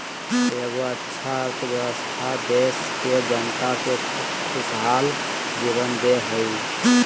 एगो अच्छा अर्थव्यवस्था देश के जनता के खुशहाल जीवन दे हइ